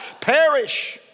Perish